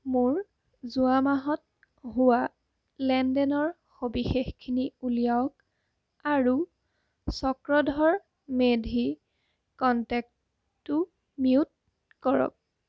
মোৰ যোৱা মাহত হোৱা লেনদেনৰ সবিশেষখিনি উলিয়াওক আৰু চক্ৰধৰ মেধি কণ্টেক্টটো মিউট কৰক